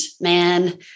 man